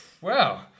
Wow